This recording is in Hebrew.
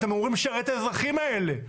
אתם אמורים לשרת את האזרחים האלה,